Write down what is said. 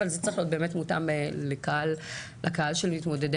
אבל זה צריך להיות באמת מותאם לקהל של מתמודדי